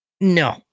no